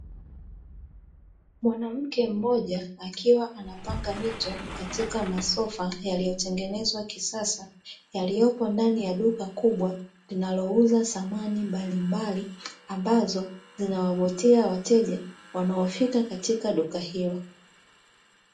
Mwanamke mmoja akiwa anapanga vitu katika masofa, yaliyotengenezwa kisasa yaliyopo ndani ya duka kubwa, linalouza samani mbalimbali ambazo zinawavutia wateja wanaofika katika duka hilo.